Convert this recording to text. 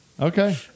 Okay